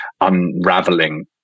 unraveling